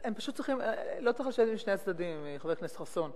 לא צריך לשבת עם שני הצדדים, חבר הכנסת חסון.